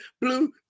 Blue